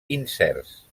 incerts